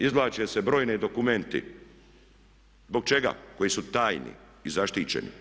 Izvlače se brojni dokumenti, zbog čega, koji su tajni i zaštićeni.